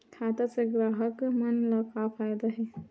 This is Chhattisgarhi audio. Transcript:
खाता से ग्राहक मन ला का फ़ायदा हे?